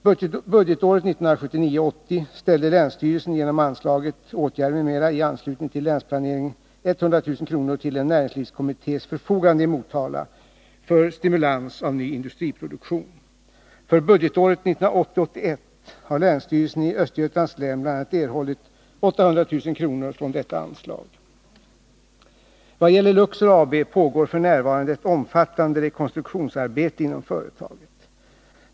Budgetåret 1979 81 har länsstyrelsen i Östergötlands län bl.a. erhållit 800 000 kr. från detta anslag. Vad gäller Luxor AB pågår f. n. ett omfattande rekonstruktionsarbete inom företaget.